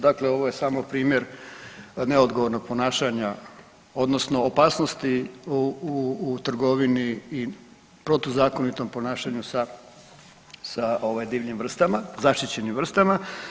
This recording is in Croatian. Dakle, ovo je samo primjer neodgovornog ponašanja odnosno opasnosti u trgovini i protuzakonitom ponašanju sa divljim vrstama, zaštićenim vrstama.